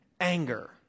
anger